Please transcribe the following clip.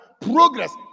progress